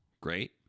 great